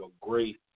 great